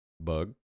Bug